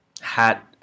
Hat